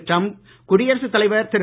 Trump குடியரசுத் தலைவர் திரு